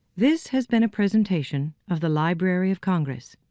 this has been a presentation of the library of congress.